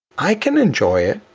i can enjoy it.